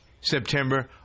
September